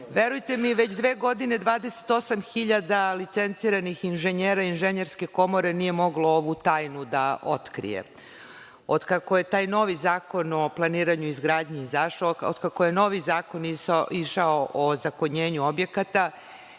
ide. Verujte mi, već dve godine 28.000 licenciranih inženjera Inženjerske komore nije moglo ovu tajnu da otkrije. Otkako je taj novi Zakon o planiranju i izgradnji izašao, otkako je novi Zakon izašao o ozakonjenju objekata